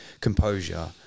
composure